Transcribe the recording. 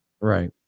right